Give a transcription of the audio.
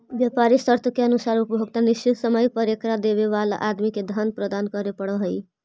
व्यापारी शर्त के अनुसार उपभोक्ता निश्चित समय पर एकरा देवे वाला आदमी के धन प्रदान करे पड़ऽ हई